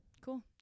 Cool